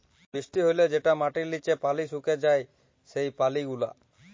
বৃষ্টি হ্যলে যেটা মাটির লিচে পালি সুকে যায় সেই পালি গুলা